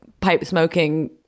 pipe-smoking